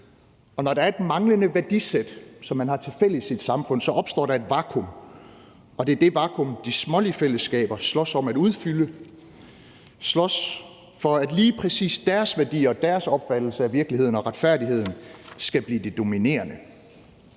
og når der er et manglende værdisæt, som man til fælles i et samfund, opstår der et vakuum, og det er det vakuum, de smålige fællesskaber slås om at udfylde, og de slås for, at lige præcis deres værdier og deres opfattelse af virkeligheden og retfærdigheden skal blive dominerende.